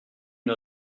une